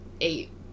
eight